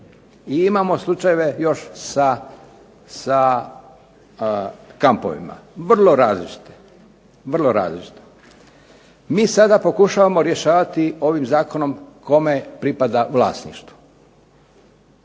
I imamo slučajeve još sa kampovima, vrlo različite. Mi sada pokušavamo rješavati ovim zakonom kome pripada vlasništvo.